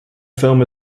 film